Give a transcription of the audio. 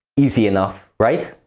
easy enough, right?